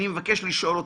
אני מבקש לשאול אותך,